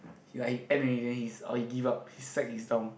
he like he end already then he's oh he give up his sack is down